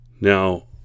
Now